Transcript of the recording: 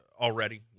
already